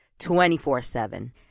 24-7